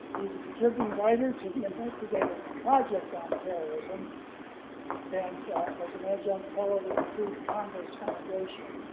he's a contributing writer to the investigative project on terrorism and as an adjunct fellow with the free congress foundation.